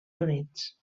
units